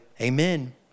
amen